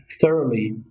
thoroughly